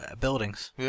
buildings